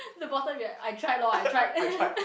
the bottom be like I tried lor I tried